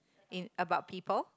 in about people